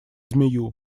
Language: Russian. змею